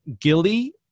Gilly